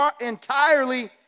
entirely